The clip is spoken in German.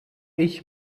ich